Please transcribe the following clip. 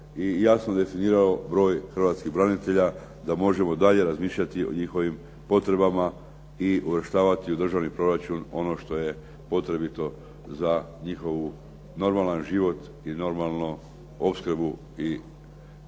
i jasno definirao broj hrvatskih branitelja da možemo dalje razmišljati o njihovim potrebama i uvrštavati u državni proračun ono što je potrebito za njihov normalan život i normalnu opskrbu i dotaciju